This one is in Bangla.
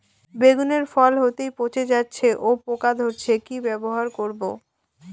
বেগুনের ফল হতেই পচে যাচ্ছে ও পোকা ধরছে কি ব্যবহার করব?